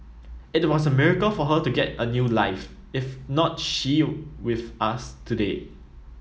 it was a miracle for her to get a new life if not she with us today